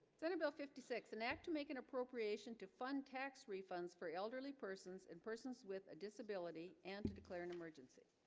senate bill fifty six an act to make an appropriation to fund tax refunds for elderly persons and persons with a disability and to declare an emergency